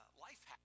life